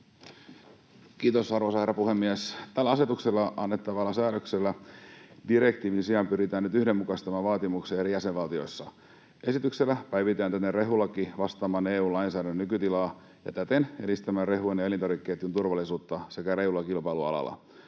Kiitos, arvoisa herra puhemies! Tällä asetuksella annettavalla säädöksellä direktiivin sijaan pyritään nyt yhdenmukaistamaan vaatimuksia eri jäsenvaltioissa. Esityksellä päivitetään rehulaki vastaamaan EU-lainsäädännön nykytilaa ja täten edistämään rehujen ja elintarvikkeitten turvallisuutta sekä reilua kilpailua alalla.